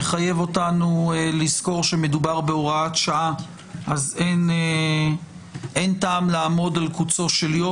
מחייב אותנו לזכור שמדובר בהוראת שעה כך שאין טעם לעמוד על קוצו של יוד.